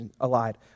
allied